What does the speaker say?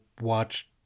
watch